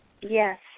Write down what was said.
yes